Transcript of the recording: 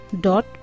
dot